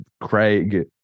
craig